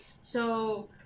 So-